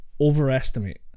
overestimate